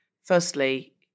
Firstly